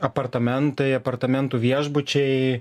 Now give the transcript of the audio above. apartamentai apartamentų viešbučiai